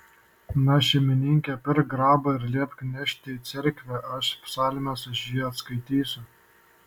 na šeimininke pirk grabą ir liepk nešti į cerkvę aš psalmes už jį atskaitysiu